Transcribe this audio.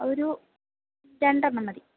ഒരു രണ്ടെണ്ണം മതി